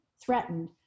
threatened